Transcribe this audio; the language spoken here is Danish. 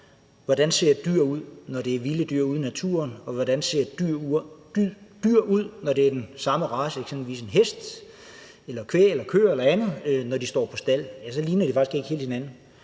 hvordan dyr ser ud, når det handler om vilde dyr ude i naturen, og hvordan dyr ser ud, når det er den samme race, eksempelvis en hest, en ko eller et andet dyr, når de står på stald; så ligner de faktisk ikke helt hinanden.